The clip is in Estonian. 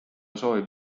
soovib